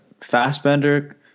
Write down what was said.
Fassbender